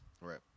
Right